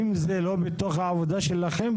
אם זה לא בתוך העבודה שלכם,